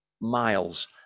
miles